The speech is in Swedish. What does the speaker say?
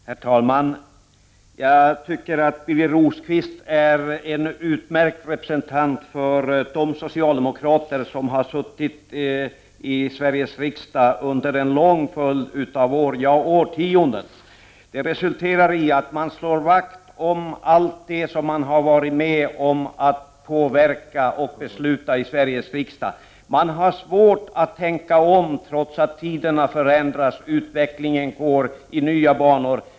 Herr talman! Jag tycker att Birger Rosqvist är en utmärkt representant för de socialdemokrater som har suttit i Sveriges riksdag under en lång följd av år, ja årtionden. Det resulterar i att man slår vakt om allt som man har varit med om att påverka och besluta i Sveriges riksdag. Man har svårt att tänka om, trots att tiderna har förändrats och utvecklingen går i nya banor.